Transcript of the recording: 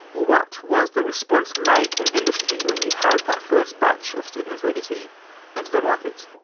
what was the response like from industry when you had that first batch of students ready to enter their markets?